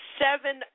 seven